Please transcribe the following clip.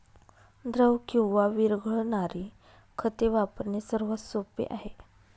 द्रव किंवा विरघळणारी खते वापरणे सर्वात सोपे आहे